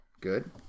Good